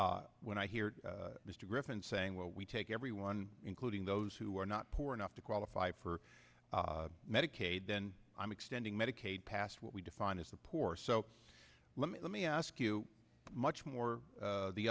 when i hear mr griffin saying well we take everyone including those who are not poor enough to qualify for medicaid then i'm extending medicaid past what we define as the poor so let me let me ask you much more